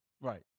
Right